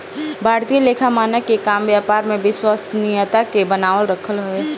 भारतीय लेखा मानक के काम व्यापार में विश्वसनीयता के बनावल रखल हवे